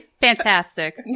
Fantastic